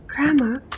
Grandma